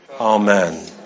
amen